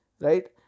Right